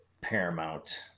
paramount